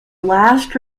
last